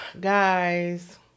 Guys